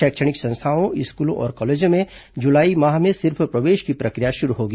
शैक्षणिक संस्थाओं स्कूलों और कॉलेजों में जुलाई माह में सिर्फ प्रवेश की प्रशिक्र या शुरू होगी